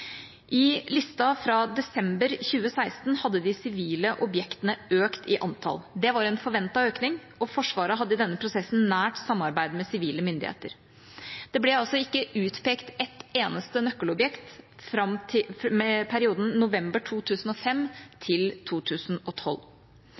I lista fra desember 2016 hadde de sivile objektene økt i antall. Det var en forventet økning, og Forsvaret hadde i denne prosessen nært samarbeid med sivile myndigheter. Det ble altså ikke utpekt ett eneste nøkkelobjekt i perioden fra november 2005